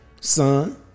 son